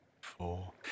four